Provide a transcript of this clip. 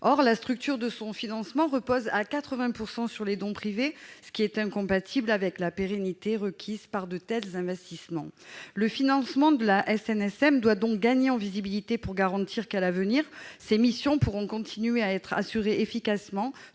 Or la structure de son financement repose à 80 % sur les dons privés, ce qui est incompatible avec la pérennité requise par de tels investissements. Le financement de la SNSM doit donc gagner en visibilité pour garantir que, à l'avenir, ses missions pourront continuer à être assurées efficacement